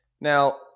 Now